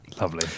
lovely